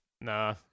Nah